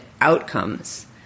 outcomes